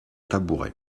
tabouret